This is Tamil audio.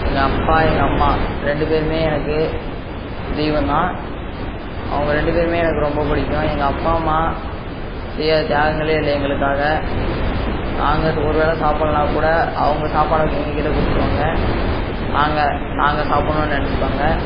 எங்கள் அப்பா எங்கள் அம்மா ரெண்டு பேருமே எனக்கு தெய்வந்தான் அவங்க ரெண்டு பேருமே எனக்கு ரொம்ப பிடிக்கும் எங்கள் அப்பா அம்மா செய்யாத தியாகங்களே இல்லை எங்களுக்காக நாங்கள் ஒரு வேளை சாப்பிடலைனா கூட அவங்க சாப்பாடை எங்ககிட்டே கொடுத்துடுவாங்க நாங்கள் நாங்கள் சாப்பிடணும் நினைச்சுப்பாங்க